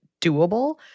doable